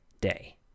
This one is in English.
day